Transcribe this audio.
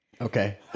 Okay